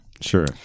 sure